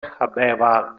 habeva